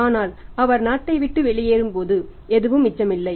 ஆனால் அவர் நாட்டை விட்டு வெளியேறும்போது எதுவும் மிச்சமில்லை